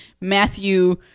Matthew